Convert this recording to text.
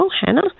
Hannah